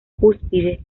cúspide